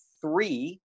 three